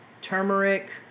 turmeric